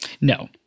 No